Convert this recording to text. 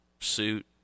suit